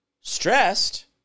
stressed